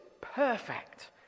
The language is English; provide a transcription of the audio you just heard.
perfect